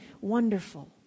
wonderful